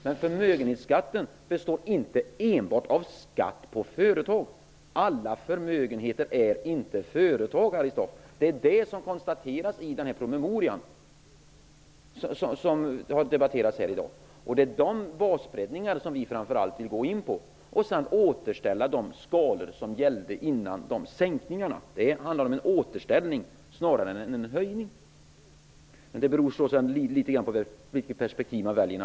Men förmögenhetsskatten består inte enbart av skatt på företag. Alla förmögna personer är inte företagare. Det konstateras i den promemoria som har debatterats här i dag. Det är basbreddningar som vi framför allt vill ha. Vi vill också återställa de skalor som gällde före skattesänkningarna. Det handlar om en återställning snarare än en höjning. Men det beror naturligtvis litet grand på vilket perspektiv som man väljer.